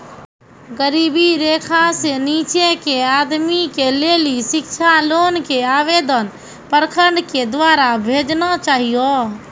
गरीबी रेखा से नीचे के आदमी के लेली शिक्षा लोन के आवेदन प्रखंड के द्वारा भेजना चाहियौ?